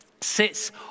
sits